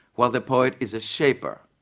while the poet is a shaper,